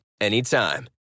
anytime